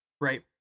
right